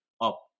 up